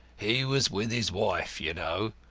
he was with his wife, you know.